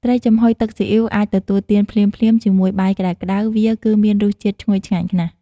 ត្រីចំហុយទឹកស៊ីអ៊ីវ អាចទទួលទានភ្លាមៗ ជាមួយបាយក្តៅៗ វាគឺមានរសជាតិឈ្ងុយឆ្ងាញ់ណាស់។